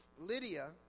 Lydia